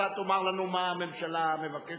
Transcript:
אתה תאמר לנו מה הממשלה מבקשת,